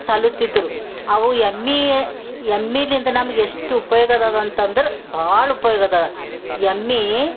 ಸಲುತಿದ್ರು ಅವು ಎಮ್ಮೆ ಎಮ್ಮಿಲಿಂದ ನಮಗೆಷ್ಟು ಉಪಯೋಗದ ಅದು ಅಂತಂದ್ರೆ ಭಾಳ ಉಪಯೋಗದ ಎಮ್ಮೆ